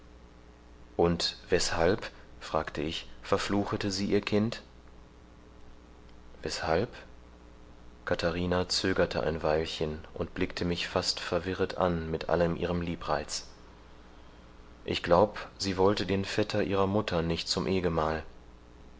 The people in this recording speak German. und weshalb fragte ich verfluchete sie ihr kind weshalb katharina zögerte ein weilchen und blickte mich fast verwirret an mit allem ihrem liebreiz ich glaub sie wollte den vetter ihrer mutter nicht zum ehgemahl